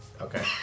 Okay